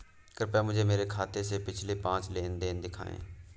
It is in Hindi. कृपया मुझे मेरे खाते से पिछले पांच लेन देन दिखाएं